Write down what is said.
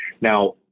Now